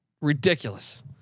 ridiculous